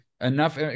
enough